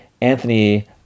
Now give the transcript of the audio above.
Anthony